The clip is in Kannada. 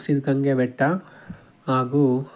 ಸಿದ್ಧಗಂಗೆ ಬೆಟ್ಟ ಹಾಗೂ